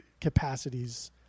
capacities